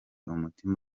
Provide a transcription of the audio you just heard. umutima